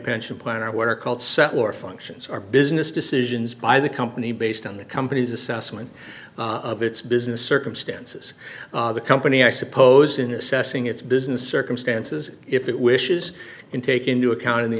pension plan or what are called set or functions are business decisions by the company based on the company's assessment of its business circumstances the company i suppose in assessing its business circumstances if it wishes can take into account in the